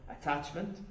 attachment